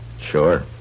Sure